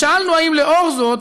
שאלנו: "לאור זאת,